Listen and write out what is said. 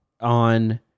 on